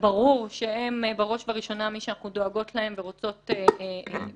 וברור שהן בראש וראשונה מי שאנחנו דואגות להן ורוצות בשיקומן,